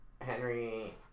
Henry